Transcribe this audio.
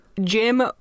Jim